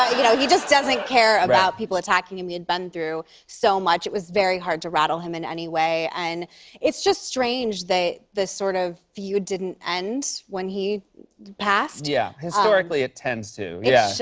you know, he just doesn't care about people attacking him. he had been through so much. it was very hard to rattle him in any way. and it's just strange that this sort of feud didn't end when he passed. yeah, historically, it tends to. yeah yeah